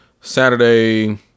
Saturday